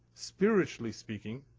spiritually speaking,